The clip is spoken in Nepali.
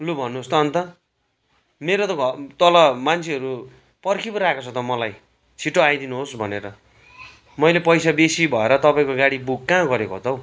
लु भन्नुहोस् त अन्त मेरो त घ तल मान्छेहरू पर्खि पो राको छ त मलाई छिट्टो आइदिनुहोस् भनेर मैले पैसा बेसी भएर तपाईँको गाडी बुक कहाँ गरेको हो त त हौ